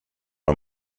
are